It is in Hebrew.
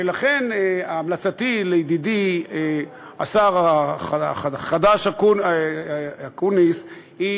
ולכן המלצתי לידידי השר החדש אקוניס היא